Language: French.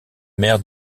mère